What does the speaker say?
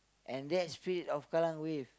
and that spirit of Kallang-Wave